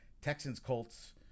Texans-Colts